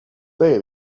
day